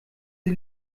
sie